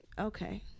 Okay